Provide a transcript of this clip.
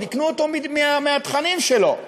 רוקנו אותו מהתכנים שלו,